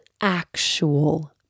actual